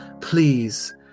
Please